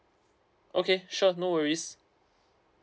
okay sure no worries